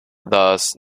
thus